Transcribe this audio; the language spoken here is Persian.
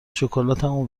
شکلاتمو